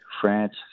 France